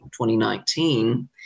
2019